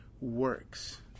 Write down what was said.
works